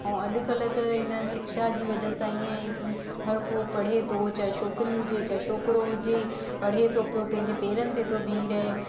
ऐं अॾकल्ह त हिन शिक्षा जी वजह सां हीअं ई की हर को पढ़े थो चाहे छोकिरी हुजे चाहे छोकिरो हुजे पढ़े थो पियो पंहिंजे पेरनि ते थो बीह रहे